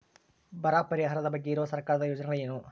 ಬರ ಪರಿಹಾರದ ಬಗ್ಗೆ ಇರುವ ಸರ್ಕಾರದ ಯೋಜನೆಗಳು ಏನು?